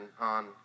on